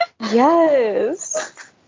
yes